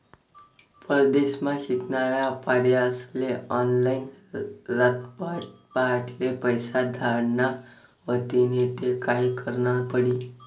परदेसमा शिकनारा पोर्यास्ले ऑनलाईन रातपहाटले पैसा धाडना व्हतीन ते काय करनं पडी